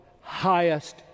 highest